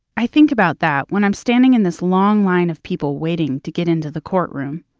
i think about that when i'm standing in this long line of people waiting to get into the courtroom.